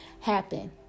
happen